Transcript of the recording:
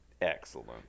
Excellent